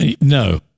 no